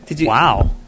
Wow